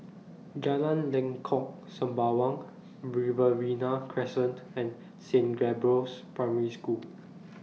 Jalan Lengkok Sembawang Riverina Crescent and Saint Gabriel's Primary School